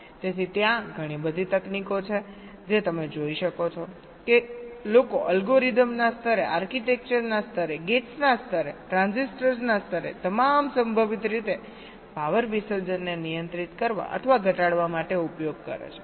તેથી ત્યાં ઘણી બધી તકનીકો છે જે તમે જોઈ શકો છો કે લોકો અલ્ગોરિધમ્સના સ્તરે આર્કિટેક્ચરના સ્તરે ગેટ્સના સ્તરે ટ્રાન્ઝિસ્ટર્સના સ્તરે તમામ સંભવિત રીતે પાવર વિસર્જનને નિયંત્રિત કરવા અથવા ઘટાડવા માટે ઉપયોગ કરે છે